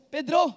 Pedro